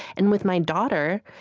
and with my daughter,